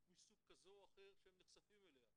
מסוג כזה או אחר שהם נחשפים אליה,